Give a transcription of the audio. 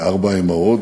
מארבע האימהות,